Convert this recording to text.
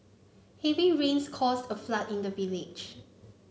heavy rains caused a flood in the village